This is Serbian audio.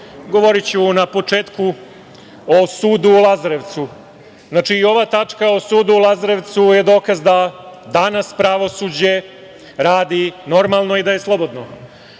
govoriću na početku o sudu u Lazarevcu. Znači, i ova tačka o sudu u Lazarevcu je dokaz da danas pravosuđe radi normalno i da je slobodno. Podsetiću